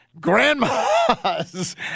grandma's